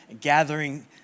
gathering